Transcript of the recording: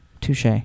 Touche